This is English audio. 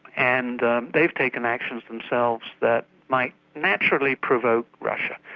and they've taken actions themselves that might naturally provoke russia.